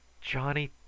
Johnny